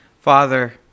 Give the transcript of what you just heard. Father